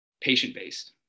patient-based